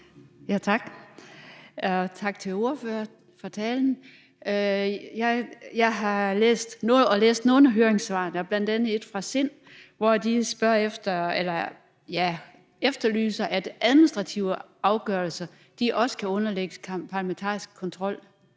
Tak, og tak til ordføreren for talen. Jeg nåede at læse nogle af høringssvarene. Der var bl.a. et fra SIND, hvor de efterlyser, at administrative afgørelser også kan underlægges parlamentarisk kontrol.